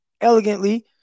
elegantly